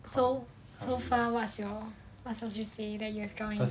so so far what's your what's your C_C_A that you've joined